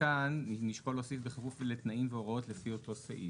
נשקול להוסיף לתנאים והוראות לפי אותו סעיף.